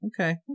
Okay